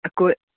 आ कोय